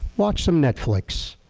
watch some netflix.